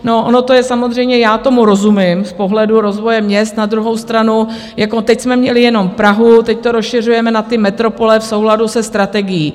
No, ono to je samozřejmě, já tomu rozumím, z pohledu rozvoje měst, na druhou stranu teď jsme měli jenom Prahu, teď to rozšiřujeme na metropole v souladu se Strategií.